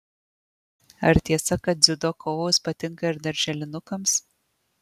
ar tiesa kad dziudo kovos patinka ir darželinukams